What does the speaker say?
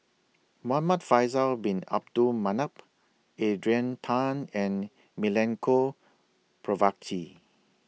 Muhamad Faisal Bin Abdul Manap Adrian Tan and Milenko Prvacki